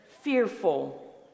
fearful